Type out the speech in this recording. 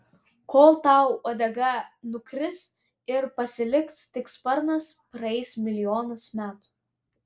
kol tau uodega nukris ir pasiliks tik sparnas praeis milijonas metų